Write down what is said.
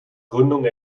gründung